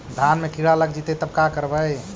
धान मे किड़ा लग जितै तब का करबइ?